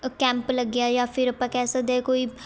camp ਲੱਗਿਆ ਜਾਂ ਫਿਰ ਆਪਾਂ ਕਹਿ ਸਕਦੇ ਹਾਂ ਕੋਈ